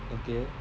okay